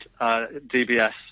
DBS